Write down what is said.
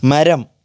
മരം